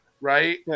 Right